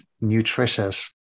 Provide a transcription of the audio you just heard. nutritious